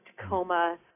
Tacoma